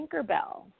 Tinkerbell